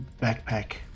backpack